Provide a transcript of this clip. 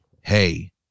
hey